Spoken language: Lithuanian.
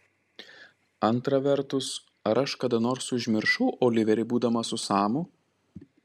antra vertus ar aš kada nors užmiršau oliverį būdama su samu